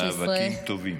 מאבקים טובים.